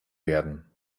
werden